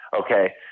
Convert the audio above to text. Okay